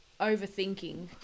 overthinking